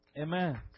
Amen